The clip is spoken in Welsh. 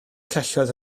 celloedd